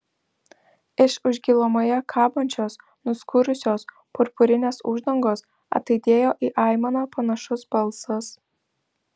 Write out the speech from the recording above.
iš už gilumoje kabančios nuskurusios purpurinės uždangos ataidėjo į aimaną panašus balsas